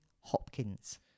Hopkins